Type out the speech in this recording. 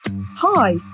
Hi